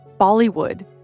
Bollywood